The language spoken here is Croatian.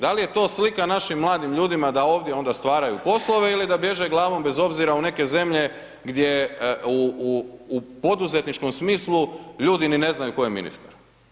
Da li je to slika našim mladim ljudima da ovdje onda stvaraju poslove ili da bježe glavom bez obzira u neke zemlje gdje u poduzetničkom smislu ljudi ni ne znaju tko je ministar.